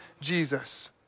Jesus